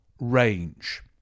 range